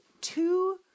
two